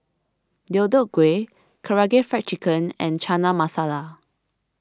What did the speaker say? Deodeok Gui Karaage Fried Chicken and Chana Masala